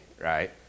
right